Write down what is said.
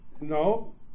No